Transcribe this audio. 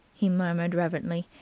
he murmured reverently,